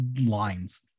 lines